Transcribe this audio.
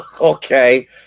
Okay